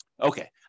Okay